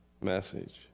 message